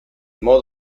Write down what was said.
modo